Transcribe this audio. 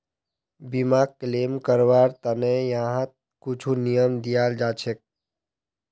बीमाक क्लेम करवार त न यहात कुछु नियम दियाल जा छेक